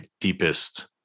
deepest